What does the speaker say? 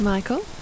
Michael